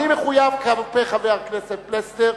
אני מחויב כלפי חבר הכנסת פלסנר,